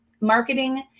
marketing